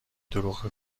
دروغ